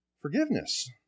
forgiveness